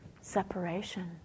separation